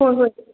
ꯍꯣꯏ ꯍꯣꯏ